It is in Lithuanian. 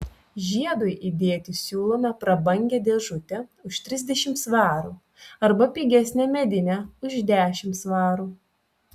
žiedui įdėti siūlome prabangią dėžutę už trisdešimt svarų arba pigesnę medinę už dešimt svarų